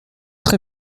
très